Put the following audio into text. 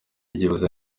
bivuze